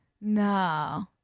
No